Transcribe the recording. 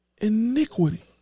iniquity